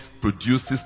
produces